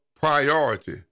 priority